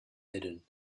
hidden